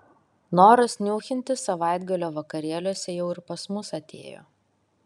noras niūchinti savaitgalio vakarėliuose jau ir pas mus atėjo